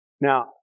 now